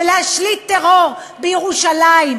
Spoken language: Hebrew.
ולהשליט טרור בירושלים,